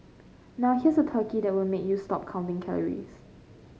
now here's a turkey that will make you stop counting calories